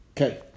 Okay